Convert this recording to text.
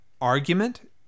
argument